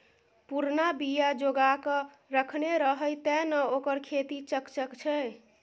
पुरना बीया जोगाकए रखने रहय तें न ओकर खेती चकचक छै